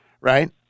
right